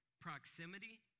proximity